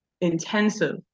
intensive